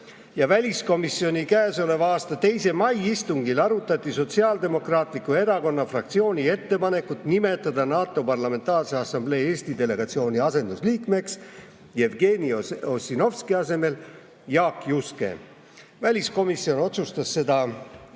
väliskomisjoni käesoleva aasta 2. mai istungil arutati Sotsiaaldemokraatliku Erakonna fraktsiooni ettepanekut nimetada NATO Parlamentaarse Assamblee Eesti delegatsiooni asendusliikmeks Jevgeni Ossinovski asemel Jaak Juske. Väliskomisjon otsustas seda